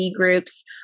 groups